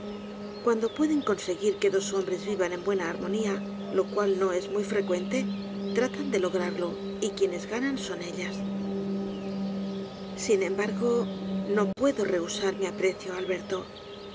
cuando pueden conseguir que dos hombres vivan en buena armonía lo eual no es muy frecuente tratan de lograrlo y quienes ganan son ellas sin embargo no puedo rehusar mi aprecio